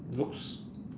looks